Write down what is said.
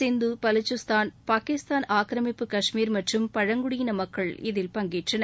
சிந்து பலுசிஸ்தான் பாகிஸ்தான் ஆர்மிப்பு கஷ்மீர் மற்றும் பழங்குடியின மக்கள் இதில் பங்கேற்றனர்